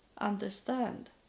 understand